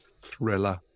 Thriller